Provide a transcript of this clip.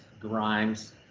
Grimes